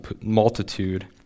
multitude